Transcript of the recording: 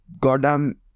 goddamn